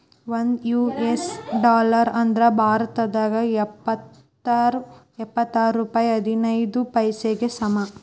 ಒಂದ್ US dollar ಅಂದ್ರ ಭಾರತದ್ ಎಪ್ಪತ್ತಾರ ರೂಪಾಯ್ ಹದಿನೈದ್ ಪೈಸೆಗೆ ಸಮ